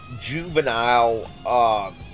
juvenile